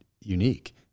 unique